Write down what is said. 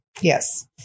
Yes